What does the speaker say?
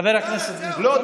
חבר הכנסת מיקי לוי, לא.